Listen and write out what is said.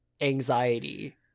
anxiety